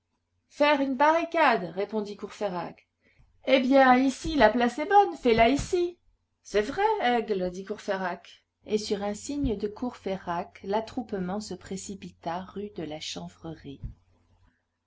faire une barricade répondit courfeyrac eh bien ici la place est bonne fais-la ici c'est vrai aigle dit courfeyrac et sur un signe de courfeyrac l'attroupement se précipita rue de la